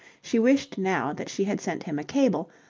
she wished now that she had sent him a cable,